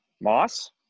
Moss